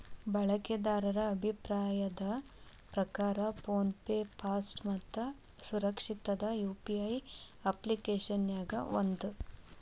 ಬಳಕೆದಾರರ ಅಭಿಪ್ರಾಯದ್ ಪ್ರಕಾರ ಫೋನ್ ಪೆ ಫಾಸ್ಟ್ ಮತ್ತ ಸುರಕ್ಷಿತವಾದ ಯು.ಪಿ.ಐ ಅಪ್ಪ್ಲಿಕೆಶನ್ಯಾಗ ಒಂದ